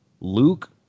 Luke